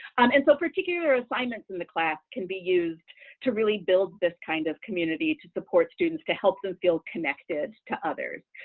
and so particular assignments in the class can be used really build this kind of community, to support students to help them feel connected to others.